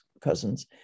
cousins